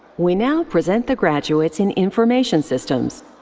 we now present the graduates in information systems.